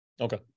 Okay